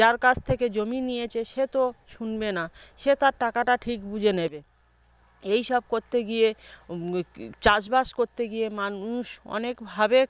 যার কাছ থেকে জমি নিয়েছে সে তো শুনবে না সে তার টাকাটা ঠিক বুঝে নেবে এই সব করতে গিয়ে চাষবাস করতে গিয়ে মানুষ অনেকভাবে